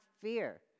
fear